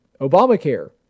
Obamacare